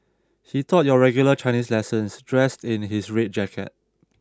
he taught your regular Chinese lessons dressed in his red jacket